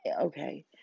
okay